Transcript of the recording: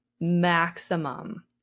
maximum